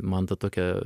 man ta tokia